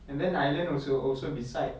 and then ireland also also beside